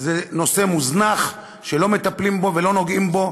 זה נושא מוזנח שלא מטפלים בו ולא נוגעים בו,